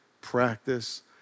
practice